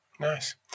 Nice